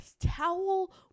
towel